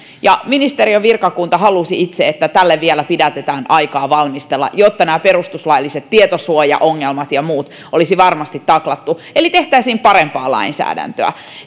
ja ministeriön virkakunta halusi itse että tälle vielä pidätetään aikaa valmistella jotta nämä perustuslailliset tietosuojaongelmat ja muut olisi varmasti taklattu eli jotta tehtäisiin parempaa lainsäädäntöä